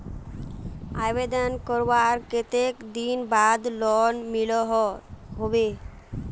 आवेदन करवार कते दिन बाद लोन मिलोहो होबे?